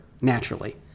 naturally